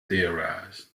theorized